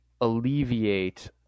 alleviate